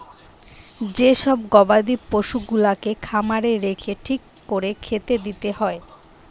যে সব গবাদি পশুগুলাকে খামারে রেখে ঠিক কোরে খেতে দিতে হয়